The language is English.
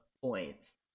points